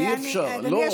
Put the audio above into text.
אי-אפשר.